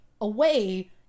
away